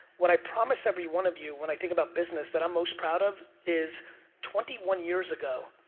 what i promise every one of you, when i think about business, that i'm most proud of is twenty one years ago,